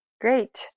Great